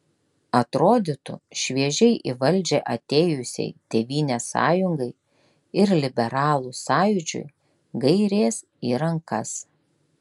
atrodytų šviežiai į valdžią atėjusiai tėvynės sąjungai ir liberalų sąjūdžiui gairės į rankas